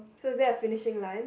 so is there a finishing line